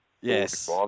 yes